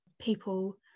people